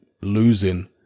losing